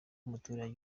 muturage